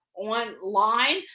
online